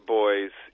boys